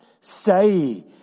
say